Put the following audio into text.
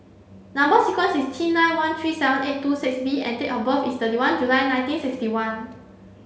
number sequence is T nine one three seven eight two six B and date of birth is thirty one July nineteen sixty one